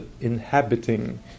inhabiting